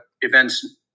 events